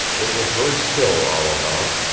it was very still all about,